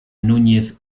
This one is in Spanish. núñez